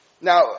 Now